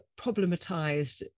problematized